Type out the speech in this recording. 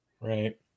right